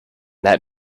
that